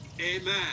amen